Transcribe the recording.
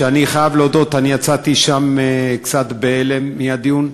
ואני חייב להודות, אני יצאתי קצת בהלם מהדיון שם.